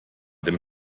dem